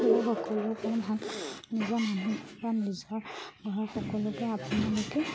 সকলোৰে ভাল নিজৰ মানুহ বা নিজৰ ঘৰৰ সকলোকে আপুনি সৈতে